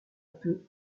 peu